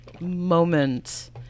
moment